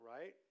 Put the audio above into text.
right